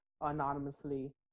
anonymously